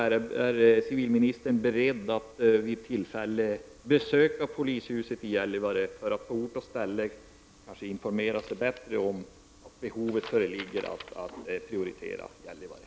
Är civilministern beredd att vid tillfälle besöka polishuset i Gällivare för att på ort och ställe informera sig bättre om det behov som föreligger att prioritera Gällivare?